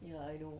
ya I know